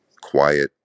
quiet